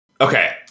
Okay